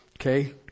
Okay